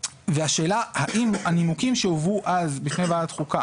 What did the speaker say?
השאלה היא האם הנימוקים שהובאו אז בפני ועדת חוקה